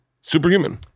superhuman